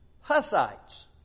Hussites